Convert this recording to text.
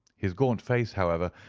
his gaunt face, however,